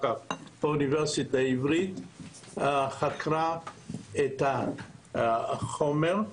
כך באוניברסיטה העברית חקרה את החומר,